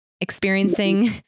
experiencing